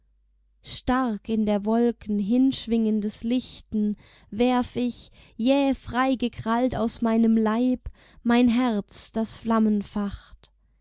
stark in der wolken hinschwingendes lichten werf ich jäh frei gekrallt aus meinem leib mein herz das flammen